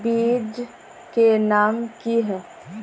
बीज के नाम की है?